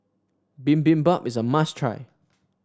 bibimbap is a must try